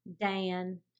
Dan